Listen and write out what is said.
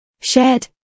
Shared